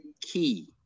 key